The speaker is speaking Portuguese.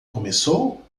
começou